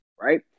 right